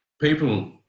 people